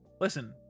Listen